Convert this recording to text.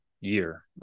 year